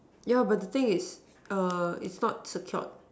yeah but the thing is err it's not secured